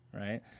right